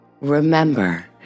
remember